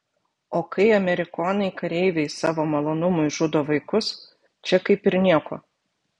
o kai amerikonai kareiviai savo malonumui žudo vaikus čia kaip ir nieko